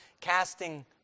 casting